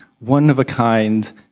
one-of-a-kind